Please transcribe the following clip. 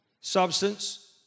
Substance